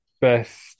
best